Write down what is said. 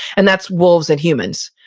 and that's wolves and humans,